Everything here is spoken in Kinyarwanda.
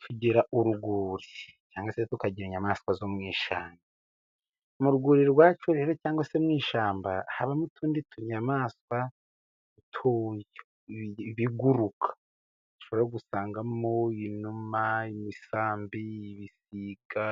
Tugira uru rwuri cyangwa se tukagira inyamaswa zo mu shyamba mu rwuri rwacu rero cyangwa se mu ishyamba habamo utundi tunyamaswa dutoya. Ibiguruka dushobora gusangamo inuma ,imisambi , ibisiga,